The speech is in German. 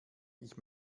ich